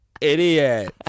Idiot